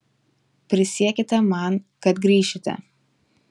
prisiekite man kad grįšite